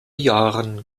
jahren